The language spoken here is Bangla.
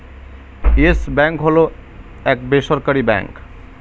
ইয়েস ব্যাঙ্ক হল এক বেসরকারি ব্যাঙ্ক